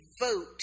vote